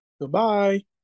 goodbye